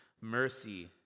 mercy